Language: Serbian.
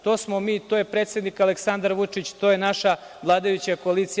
To smo mi, to je predsednik Aleksandar Vučić, to je naša vladajuća koalicija.